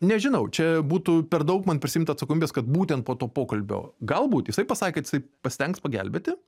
nežinau čia būtų per daug man prisiimt atsakomybės kad būtent po to pokalbio galbūt jisai pasakė kad jisai pasistengs pagelbėti